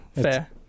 fair